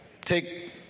take